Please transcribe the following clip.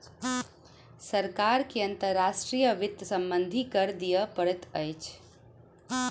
सरकार के अंतर्राष्ट्रीय वित्त सम्बन्धी कर दिअ पड़ैत अछि